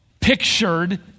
pictured